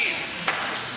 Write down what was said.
זה מעורר כבר שאלה,